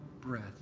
breath